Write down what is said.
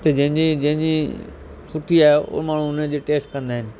त जंहिंजी जंहिंजी सुठी आहे उहो माण्हू उन जी टेस्ट कंदा आहिनि